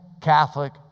Catholic